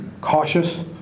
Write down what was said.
cautious